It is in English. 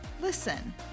listen